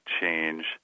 change